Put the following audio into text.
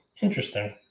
Interesting